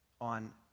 on